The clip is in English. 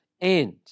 end